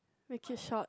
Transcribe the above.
make it short